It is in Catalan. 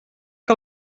que